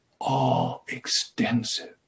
all-extensive